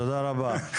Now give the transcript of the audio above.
תודה רבה.